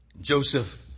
Joseph